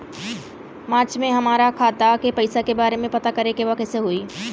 मार्च में हमरा खाता के पैसा के बारे में पता करे के बा कइसे होई?